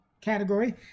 category